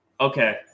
Okay